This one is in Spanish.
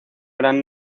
gran